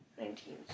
Nineteen